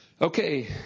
Okay